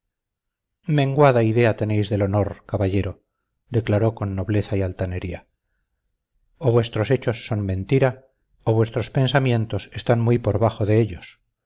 menguada idea tenéis del honor caballero declaró con nobleza y altanería o vuestros hechos son mentira o vuestros pensamientos están muy por bajo de ellos